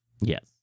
Yes